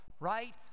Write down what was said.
right